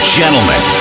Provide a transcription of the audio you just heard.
gentlemen